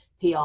PR